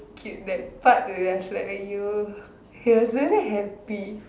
cute that part I was like !aiyo! he was really happy